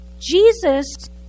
Jesus